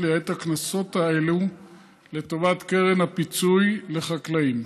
לייעד את הקנסות האלו לטובת קרן הפיצוי לחקלאים.